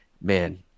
Man